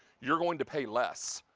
you're going to pay less.